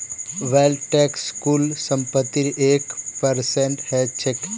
wealth tax कुल संपत्तिर एक परसेंट ह छेक